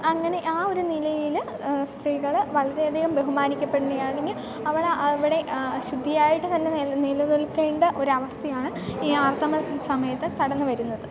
അങ്ങനെ ആ ഒരു നിലയിൽ സ്ത്രീകൾ വളരെ അധികം ബഹുമാനിക്കപ്പെടുകയാണെങ്കിൽ അവൾ അവിടെ ശുദ്ധിയായിട്ട് തന്നെ നിലനിൽക്കേണ്ട ഒരവസ്ഥയാണ് ഈ ആർത്തവ സമയത്ത് കടന്നു വരുന്നത്